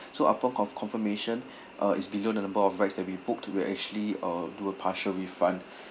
so upon con~ confirmation uh is below the number of rights that we booked to actually uh do a partial refund